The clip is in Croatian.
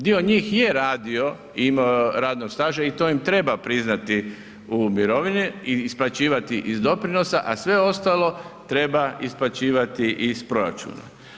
Dio njih je radio i imao radnog staža i to im treba priznati u mirovini i isplaćivati iz doprinosa, a sve ostalo treba isplaćivati iz proračuna.